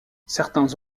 certains